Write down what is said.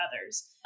others